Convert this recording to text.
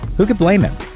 who could blame him?